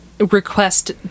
Request